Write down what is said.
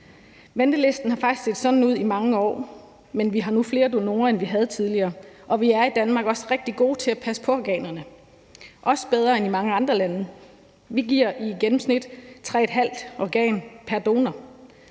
Ventelisten har faktisk set sådan ud i mange år, men vi har nu flere donorer, end vi havde tidligere, og vi er i Danmark også rigtig gode til at passe på organerne, også bedre end i mange andre lande. Vi giver i gennemsnit 3½ organ pr. donor,